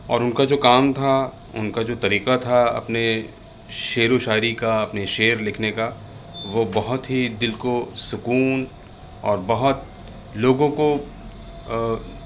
اور ان کا جو کام تھا ان کا جو طریقہ تھا اپنے شعر و شاعری کا اپنے شعر لکھنے کا وہ بہت ہی دل کو سکون اور بہت لوگوں کو